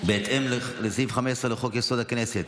בהתאם לסעיף 15 לחוק-יסוד: הכנסת,